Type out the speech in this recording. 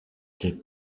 the